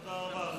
תודה רבה.